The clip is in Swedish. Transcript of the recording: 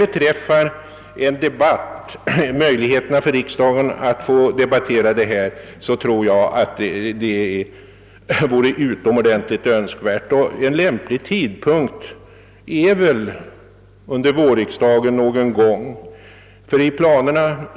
Beträffande möjligheterna för riksdagen att debattera dessa frågor tror jag att det vore utomordentligt önskvärt om sådana kunde beredas. En lämplig tidpunkt skulle vara någon gång under vårriksdagen.